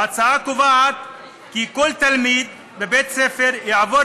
ההצעה קובעת כי כל תלמיד בבית-הספר יעבור